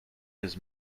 his